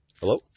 Hello